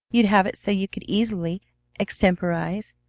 you'd have it so you could easily extemporize.